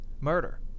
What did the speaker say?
murder